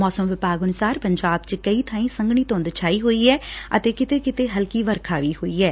ਮੌਸਮ ਵਿਭਾਗ ਅਨੁਸਾਰ ਪੰਜਾਬ ਚ ਕਈ ਬਾਈਂ ਸੰਘਣੀ ਧੂੰਦ ਛਾਈ ਹੋਈ ਐ ਅਤੇ ਕਿਤੇ ਕਿਤੇ ਹਲਕੀ ਵਰਖਾ ਵੀ ਹੋਈ ਐ